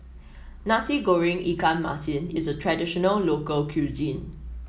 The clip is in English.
Nasi Goreng Ikan Masin is a traditional local cuisine